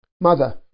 Mother